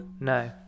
No